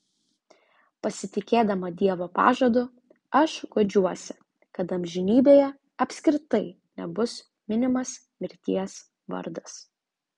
pasitikėdama dievo pažadu aš guodžiuosi kad amžinybėje apskritai nebus minimas mirties vardas